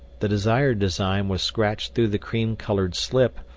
the desired design was scratched through the cream-colored slip,